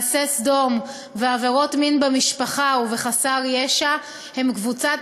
מעשה סדום ועבירות מין במשפחה ובחסר ישע הם קבוצת